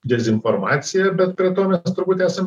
dezinformacija bet prie to mes turbūt esam